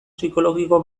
psikologiko